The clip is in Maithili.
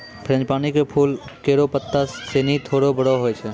फ़्रेंजीपानी क फूल केरो पत्ता सिनी थोरो बड़ो होय छै